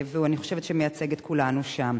אני חושבת שהוא מייצג את כולנו שם.